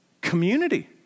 Community